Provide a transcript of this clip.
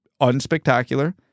unspectacular